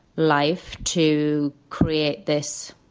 life to create this,